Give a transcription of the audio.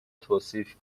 توصیف